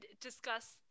discuss